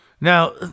Now